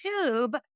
tube